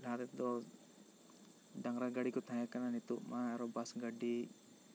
ᱞᱟᱦᱟ ᱛᱮᱫᱚ ᱰᱟᱝᱨᱟ ᱜᱟᱹᱰᱤ ᱠᱚ ᱛᱟᱦᱮᱸ ᱠᱟᱱᱟ ᱱᱤᱛᱚᱜ ᱢᱟ ᱟᱨ ᱵᱟᱥ ᱜᱟᱹᱰᱤ